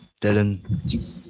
Dylan